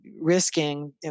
risking